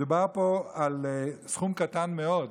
מדובר פה על סכום קטן מאוד,